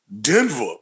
Denver